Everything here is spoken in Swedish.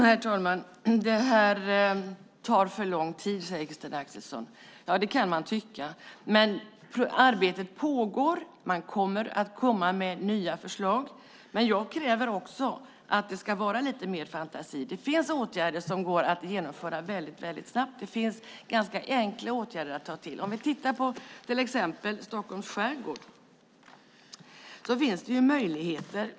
Herr talman! Det här tar för lång tid, säger Christina Axelsson. Det kan man tycka, men arbetet pågår. Man ska komma med nya förslag. Jag kräver också att det ska vara lite mer fantasi. Det finns åtgärder som går att genomföra mycket snabbt. Det finns ganska enkla åtgärder att ta till. Om vi tittar på till exempel Stockholms skärgård kan vi se att det finns möjligheter.